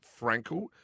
Frankel